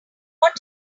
want